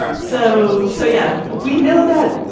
ah so so yeah we know that